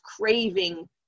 craving